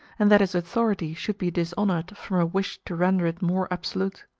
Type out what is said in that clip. and that his authority should be dishonored from a wish to render it more absolute.